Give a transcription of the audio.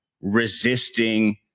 resisting